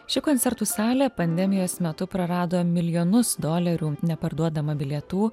ši koncertų salė pandemijos metu prarado milijonus dolerių neparduodama bilietų